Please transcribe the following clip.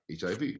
HIV